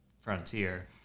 frontier